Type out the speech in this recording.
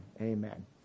amen